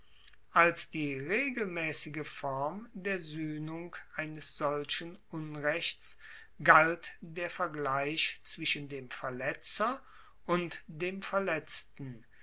als die regelmaessige form der suehnung eines solchen unrechts galt der vergleich zwischen dem verletzer und dem verletzten